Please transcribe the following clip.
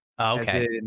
Okay